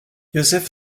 josef